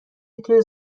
میتونه